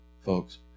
folks